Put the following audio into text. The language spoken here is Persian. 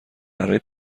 برای